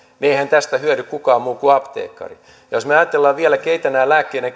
eihän tästä hyödy kukaan muu kuin apteekkari ja jos me ajattelemme vielä keitä nämä lääkkeiden